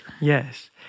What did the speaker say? Yes